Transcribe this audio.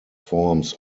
forms